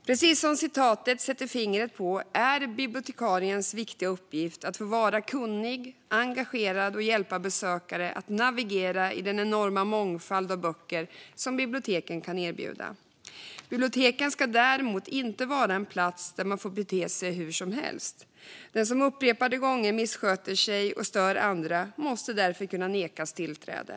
Precis som citatet sätter fingret på är det bibliotekariens viktiga uppgift att få vara kunnig och engagerad och att hjälpa besökare att navigera i den enorma mångfald av böcker som biblioteken kan erbjuda. Biblioteken ska däremot inte vara en plats där man får bete sig hur som helst. Den som upprepade gånger missköter sig och stör andra måste därför kunna nekas tillträde.